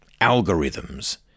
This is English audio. algorithms